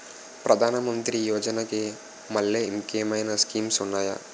ప్రధాన మంత్రి యోజన కి మల్లె ఇంకేమైనా స్కీమ్స్ ఉన్నాయా?